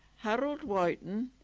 harold wyton.